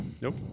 nope